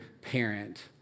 parent